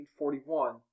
1941